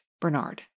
Bernard